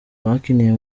bakiniye